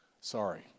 Sorry